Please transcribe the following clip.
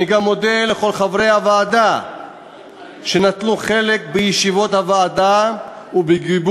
אני גם מודה לכל חברי הוועדה שנטלו חלק בישיבות הוועדה ובגיבוש